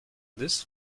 this